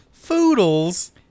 Foodles